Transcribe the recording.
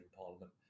Parliament